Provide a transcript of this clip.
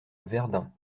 verdun